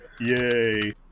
Yay